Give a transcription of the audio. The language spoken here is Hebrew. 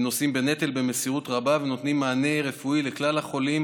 הם נושאים בנטל במסירות רבה ונותנים מענה רפואי לכלל החולים,